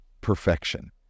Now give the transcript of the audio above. perfection